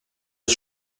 des